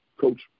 Coach